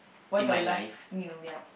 what's your last meal ya